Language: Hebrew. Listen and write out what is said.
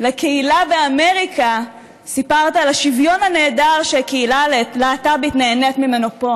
לקהילה באמריקה סיפרת על השוויון הנהדר שהקהילה הלהט"בית נהנית ממנו פה.